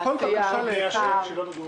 כל בנייה שהיא לא מגורים.